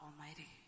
Almighty